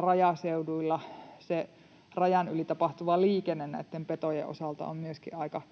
rajaseuduilla se rajan yli tapahtuva liikenne näiden petojen osalta on myöskin aika